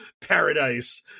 paradise